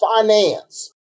finance